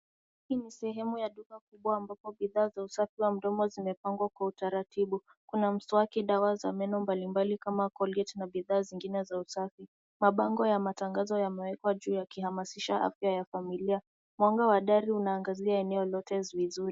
Hii ni sehemu ya duka kubwa ambapo bidhaa za usafi wa mdomo zimepangwa kwa utaratibu. Kuna mswaki, dawa za meno mbalimbali kama colgate na bidhaa zingine za usafi. Mabango ya matangazo yamewekwa juu yakihamasisha afya ya familia. Mwanga wa dari unaangazia eneo lote vizuri.